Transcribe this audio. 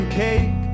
cake